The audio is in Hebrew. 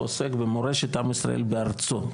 עוסק במורשת עם ישראל בארצו,